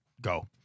Go